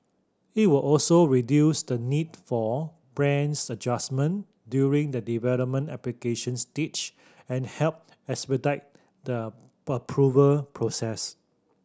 it will also reduce the need for prams adjustment during the development application stage and help expedite the approval process